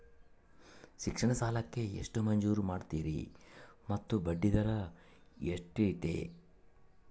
ಶಿಕ್ಷಣ ಸಾಲಕ್ಕೆ ಎಷ್ಟು ಮಂಜೂರು ಮಾಡ್ತೇರಿ ಮತ್ತು ಬಡ್ಡಿದರ ಎಷ್ಟಿರ್ತೈತೆ?